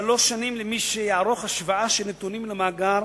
שלוש שנים למי שיערוך השוואה של נתונים במאגר